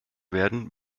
werden